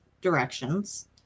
directions